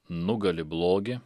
nugali blogį